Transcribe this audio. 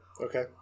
Okay